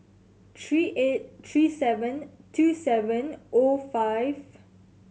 three eight three seven two seven O five